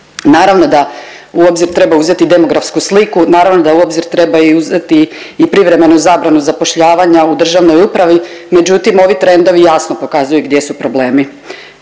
Naravno da u obzir treba uzeti demografsku sliku, naravno da u obzir treba i uzeti i privremenu zabranu zapošljavanja u državnoj upravi, međutim ovi trendovi jasno pokazuju gdje su problemi.